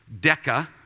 Deca